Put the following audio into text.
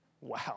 Wow